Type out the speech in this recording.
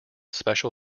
special